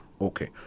Okay